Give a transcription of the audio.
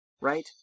right